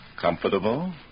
Comfortable